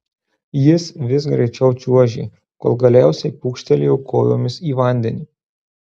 jis vis greičiau čiuožė kol galiausiai pūkštelėjo kojomis į vandenį